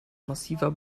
massiver